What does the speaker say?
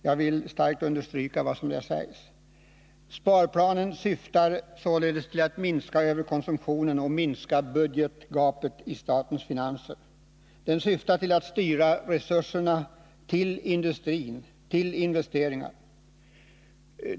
Jag vill starkt understryka vad som här sägs. Sparplanen syftar således till att minska överkonsumtionen och minska budgetgapet i statens finanser. Den syftar också till att styra resurserna till investeringar i industrin.